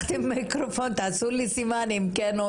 במיקרופון, אנחנו